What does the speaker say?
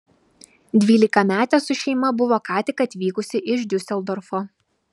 dvylikametė su šeima buvo ką tik atvykusi iš diuseldorfo